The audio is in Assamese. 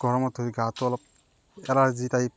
গৰমতে গাটো অলপ এলাৰ্জি টাইপ